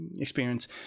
experience